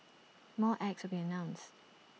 more acts will be announced